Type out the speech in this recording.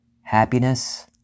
happiness